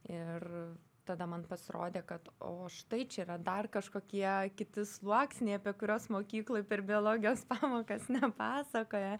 ir tada man pasirodė kad o štai čia yra dar kažkokie kiti sluoksniai apie kuriuos mokykloj per biologijos pamokas nepasakoja